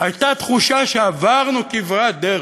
הייתה תחושה שעברנו כברת דרך,